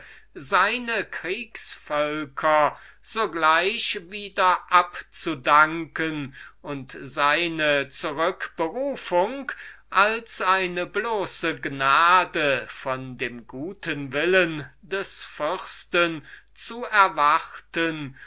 seine kriegs völker wieder abzudanken und seine zurückberufung als eine bloße gnade von dem guten willen seines prinzen zu erwarten